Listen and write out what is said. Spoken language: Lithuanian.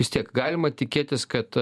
vis tiek galima tikėtis kad